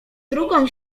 drugą